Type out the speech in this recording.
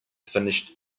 finished